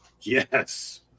Yes